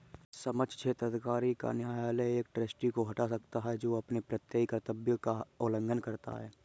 सक्षम क्षेत्राधिकार का न्यायालय एक ट्रस्टी को हटा सकता है जो अपने प्रत्ययी कर्तव्य का उल्लंघन करता है